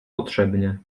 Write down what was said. potrzebnie